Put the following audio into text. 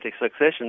succession